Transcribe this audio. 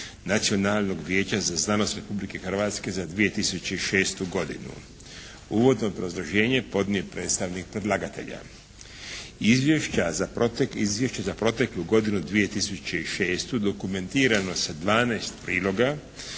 Nacionalnog vijeća za znanost Republike Hrvatske za 2006. godinu. Uvodno obrazloženje podnio je predstavnik predlagatelja. Izvješće za proteklu godinu 2006. dokumentirano sa 12 priloga